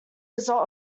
result